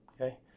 okay